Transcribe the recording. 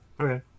Okay